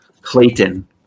Clayton